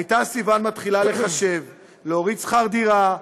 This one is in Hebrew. הייתה סיוון מתחילה לחשב: להוריד שכר דירה,